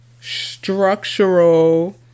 structural